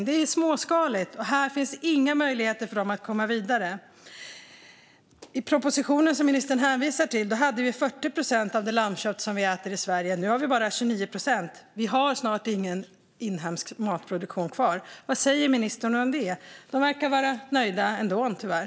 Det är småskaligt, och det finns inga möjligheter för dessa uppfödare att komma vidare. Enligt den proposition som ministern hänvisar till producerade vi 40 procent av det lammkött vi äter i Sverige. Nu är det bara 29 procent. Vi har snart ingen inhemsk matproduktion kvar. Vad säger ministern om det? I regeringen verkar de vara nöjda ändå, tyvärr.